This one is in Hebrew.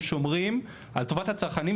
שומרים על טובת הצרכנים,